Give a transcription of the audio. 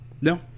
No